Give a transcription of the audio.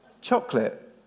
chocolate